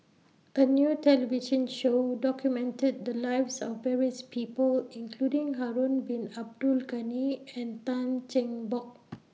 A New television Show documented The Lives of various People including Harun Bin Abdul Ghani and Tan Cheng Bock